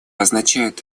означает